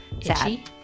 itchy